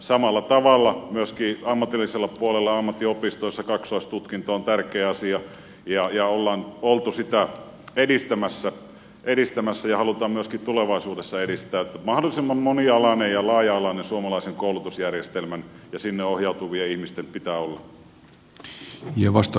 samalla tavalla myöskin ammatillisella puolella ammattiopistoissa kaksoistutkinto on tärkeä asia ja olemme olleet sitä edistämässä ja haluamme myöskin tulevaisuudessa edistää että mahdollisimman monialaisia ja laaja alaisia suomalaisen koulutusjärjestelmän ja sinne ohjautuvien ihmisten pitää olla